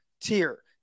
tier